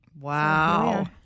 Wow